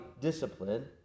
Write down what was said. discipline